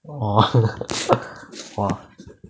orh !wah!